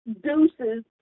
deuces